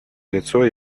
лицо